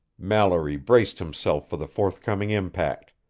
mallory braced himself for the forthcoming impact.